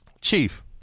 Chief